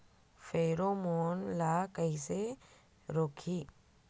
Pheromone ला कइसे रोकही?